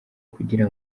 kugira